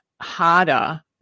harder